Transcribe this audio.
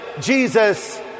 Jesus